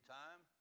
time